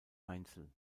einzel